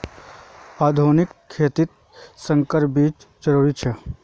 आधुनिक खेतित संकर बीज जरुरी छे